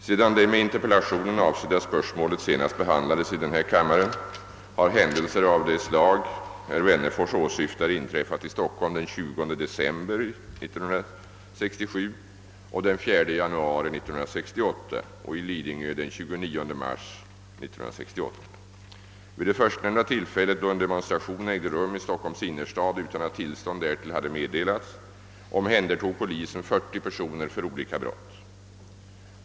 Sedan det med interpellation avsedda spörsmålet senast behandlades i denna kammare har händelser av det slag herr Wennerfors åsyftar inträffat i Stockholm den 20 december 1967 och den 4 januari 1968 och i Lidingö den 29 mars 1968. Vid det förstnämnda tillfället, då en demonstration ägde rum i Stockholms innerstad utan att tillstånd därtill meddelats, omhändertog polisen 40 personer för olika brott.